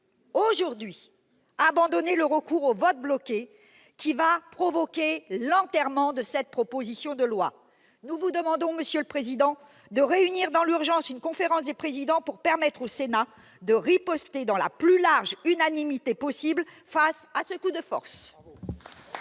! -abandonner le recours au vote bloqué, qui va provoquer l'enterrement de cette proposition de loi. Nous vous demandons de réunir dans l'urgence une conférence des présidents pour permettre au Sénat de riposter dans la plus large unanimité possible face à ce coup de force